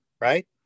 right